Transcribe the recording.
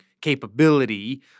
capability